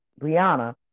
Brianna